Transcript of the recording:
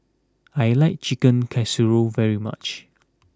I like Chicken Casserole very much